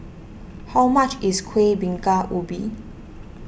how much is Kueh Bingka Ubi